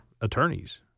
attorneys